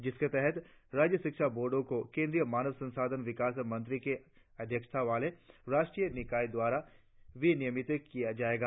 जिसके तहत राज्य शिक्षा बोर्डो को केंद्रीय मानव संसाधन विकास मंत्री के अध्यक्षता वाले राष्ट्रीय निकाय द्वारा विनियमित किया जायेगा